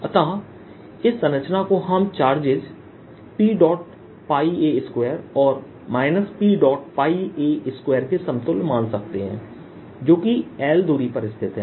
अतः इस संरचना को हम दो चार्जेस Pa2 और Pa2 के समतुल्य मान सकते हैं जोकि l दूरी पर स्थित है